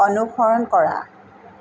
অনুসৰণ কৰা